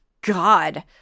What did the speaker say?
God